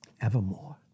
evermore